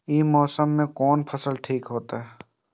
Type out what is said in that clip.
ई मौसम में कोन फसल ठीक होते?